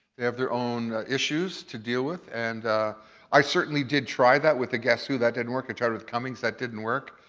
they have their own issues to deal with. and i certainly did try that with the guess who. that didn't work. i tried it with cummings. that didn't work.